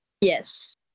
Yes